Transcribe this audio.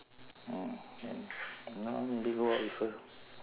mm then go out with her